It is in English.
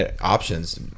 options